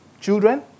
children